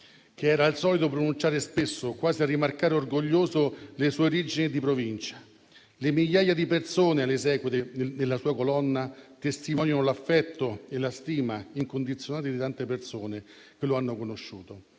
che era solito pronunciare spesso, quasi a rimarcare orgoglioso le sue origini di provincia. Le migliaia di persone alle esequie nella sua Colonna testimoniano l'affetto e la stima incondizionata di tante persone che lo hanno conosciuto: